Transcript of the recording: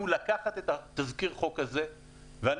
הוא -- אילנית, ממה שחששתי קרה לי.